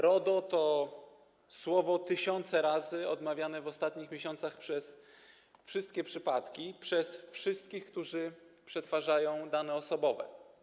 RODO to słowo tysiące razy odmieniane w ostatnich miesiącach przez wszystkie przypadki, przez wszystkich, którzy przetwarzają dane osobowe.